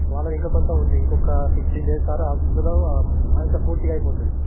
వాళ్లది ఇంకా కొంచెం ఉంది ఇంకొక ఫిఫ్టీన్ డేస్ ఆర్ అందులో ఆ ఇంత పూర్తిగా అయిపోతుంది